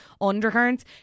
undercurrents